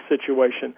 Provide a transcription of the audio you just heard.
situation